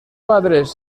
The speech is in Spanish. padres